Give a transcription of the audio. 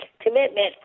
commitment